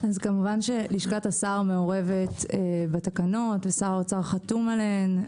כמובן לשכת השר מעורבת בתקנות ושר האוצר חתום עליהם.